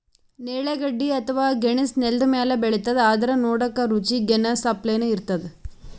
ನೇರಳೆ ಗಡ್ಡಿ ಅಥವಾ ಗೆಣಸ್ ನೆಲ್ದ ಮ್ಯಾಲ್ ಬೆಳಿತದ್ ಆದ್ರ್ ನೋಡಕ್ಕ್ ರುಚಿ ಗೆನಾಸ್ ಅಪ್ಲೆನೇ ಇರ್ತದ್